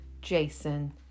Jason